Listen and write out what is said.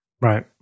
Right